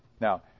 Now